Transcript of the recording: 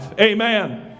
Amen